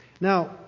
Now